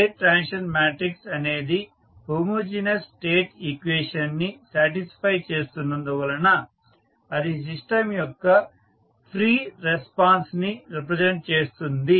state transition matrix అనేది homogeneous state equation ని satisfy చేస్తున్నందువలన అది సిస్టమ్ యొక్క ఫ్రీ రెస్పాన్స్ ని రిప్రజెంట్ చేస్తుంది